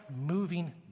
moving